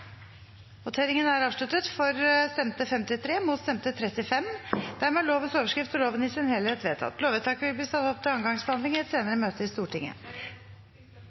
Innstillingen er dermed bifalt. Det voteres over lovens overskrift og loven i sin helhet. Lovvedtaket vil bli ført opp til andre gangs behandling i et senere møte i Stortinget.